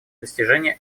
достижения